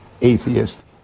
atheist